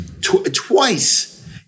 twice